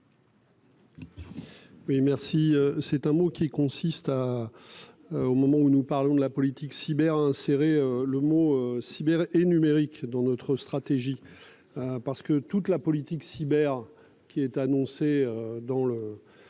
Oui merci c'est un mot qui consiste à. Au moment où nous parlons de la politique cyber insérer le mot Sibérie et numérique dans notre stratégie. Parce que toute la politique cyber qui est annoncé dans le.